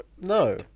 No